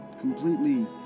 Completely